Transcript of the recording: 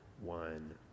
one